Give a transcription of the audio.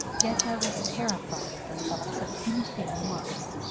yet i was terrified at the thoughts of any thing worse.